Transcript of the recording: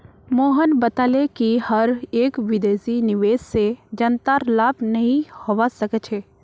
मोहन बताले कि हर एक विदेशी निवेश से जनतार लाभ नहीं होवा सक्छे